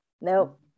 Nope